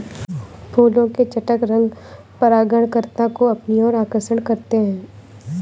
फूलों के चटक रंग परागणकर्ता को अपनी ओर आकर्षक करते हैं